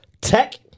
tech